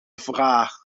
vraag